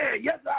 yes